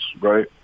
right